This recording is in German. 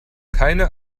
keine